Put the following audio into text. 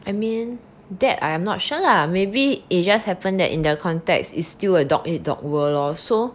I mean that I am not sure lah maybe it just happened that in the context is still a dog eat dog world lor so